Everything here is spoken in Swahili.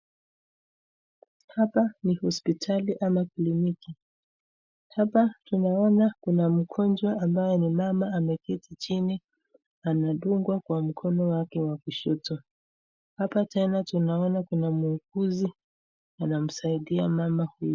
Hapa ni hospitali ama kliniki. Hapa tunaona kuna mgonjwa ambaye ni mama ameketi chini anadungwa kwa mkono wake wa kushoto. Hapa tena tunaona kuna muuguzi anamsaidia mama huyu.